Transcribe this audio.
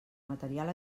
material